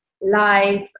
life